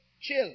Chill